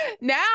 Now